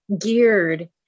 geared